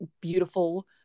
beautiful